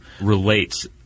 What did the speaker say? relates